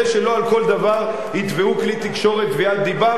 שלא על כל דבר יתבעו כלי תקשורת תביעת דיבה,